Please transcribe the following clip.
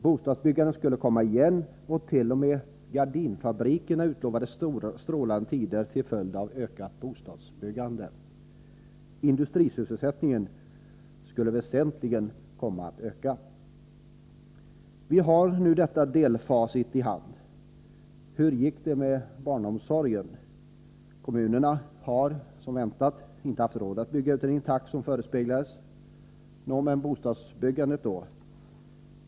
Bostadsbyggandet skulle komma i gång igen, och t.o.m. gardinfabrikanterna utlovades strålande tider till följd av ett ökat bostadsbyggande. Industrisysselsättningen skulle komma att öka väsentligt. Vi har nu ett delfacit i hand. Hur gick det med barnomsorgen? Kommunerna har — som väntat — inte haft råd att bygga ut i den takt som förespeglades. Nå, men bostadsbyggandet då?